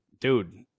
dude